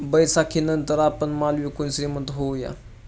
बैसाखीनंतर आपण माल विकून श्रीमंत होऊया